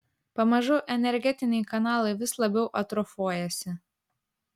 pamažu energetiniai kanalai vis labiau atrofuojasi